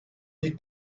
liegt